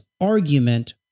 argument